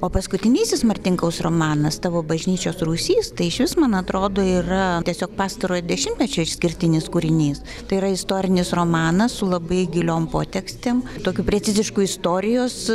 o paskutinysis martinkaus romanas tavo bažnyčios rūsys tai šis man atrodo yra tiesiog pastarojo dešimtmečio išskirtinis kūrinys tai yra istorinis romanas su labai giliom potekstėm tokiu precizišku istorijos